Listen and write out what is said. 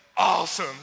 Awesome